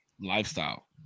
lifestyle